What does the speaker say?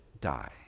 die